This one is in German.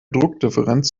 druckdifferenz